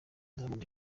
diamond